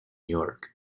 york